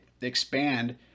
expand